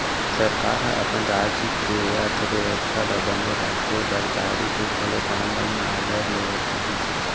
सरकार ह अपन राज के अर्थबेवस्था ल बने राखे बर दारु के घलोक ऑनलाइन आरडर लेवत रहिस